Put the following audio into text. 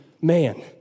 man